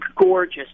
gorgeous